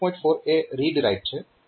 4 એ read write છે અને 3